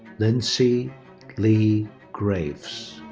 lindsay lee graves.